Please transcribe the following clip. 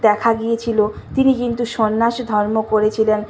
দেখা গিয়েছিল তিনি কিন্তু সন্ন্যাস ধর্ম করেছিলেন